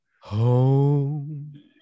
home